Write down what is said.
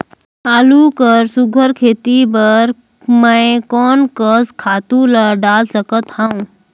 आलू कर सुघ्घर खेती बर मैं कोन कस खातु ला डाल सकत हाव?